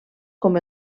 com